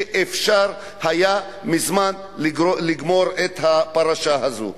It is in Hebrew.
כשאפשר היה מזמן לגמור את הפרשה הזאת.